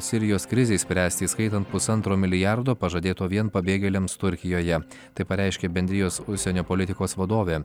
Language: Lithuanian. sirijos krizei spręsti įskaitant pusantro milijardo pažadėto vien pabėgėliams turkijoje tai pareiškė bendrijos užsienio politikos vadovė